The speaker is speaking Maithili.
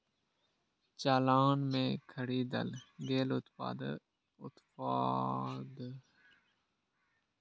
चालान मे खरीदल गेल उत्पाद अथवा सेवा के लागत दर्ज रहै छै